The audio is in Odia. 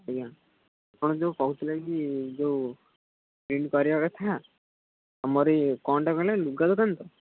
ଆଜ୍ଞା ଆପଣ ଯୋଉ କହୁଥିଲେ କି ଯୋଉ ପ୍ରିଣ୍ଟ୍ କରିବା କଥା ତୁମରି କଣଟା କହିଲେ ଲୁଗା ଦୋକାନ ତ